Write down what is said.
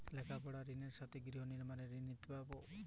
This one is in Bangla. লেখাপড়ার ঋণের সাথে গৃহ নির্মাণের ঋণ নিতে পারব?